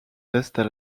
restent